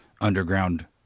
underground